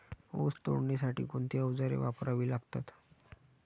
ऊस तोडणीसाठी कोणती अवजारे वापरावी लागतात?